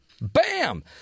Bam